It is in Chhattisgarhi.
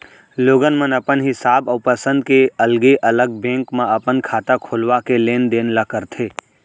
लोगन मन अपन हिसाब अउ पंसद के अलगे अलग बेंक म अपन खाता खोलवा के लेन देन ल करथे